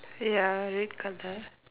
ya red colour